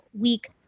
week